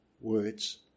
words